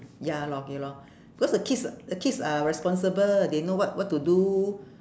ya lor okay lor cause the kids the kids are responsible they know what what to do